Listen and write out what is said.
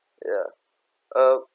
ya uh